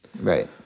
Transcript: Right